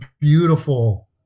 beautiful